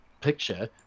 picture